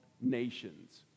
nations